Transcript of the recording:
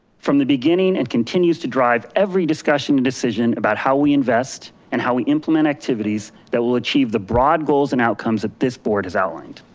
from the beginning and continues to drive every discussion and decision about how we invest and how we implement activities that will achieve the broad goals and outcomes that this board has outlined.